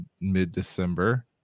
mid-december